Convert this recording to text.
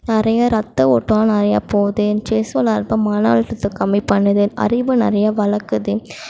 நிறையா ரத்த ஓட்டம் நிறையா போகுது செஸ் விளையாடுறப்போ மனஅழுத்தத்தை கம்மி பண்ணுது அறிவை நிறையா வளர்க்குது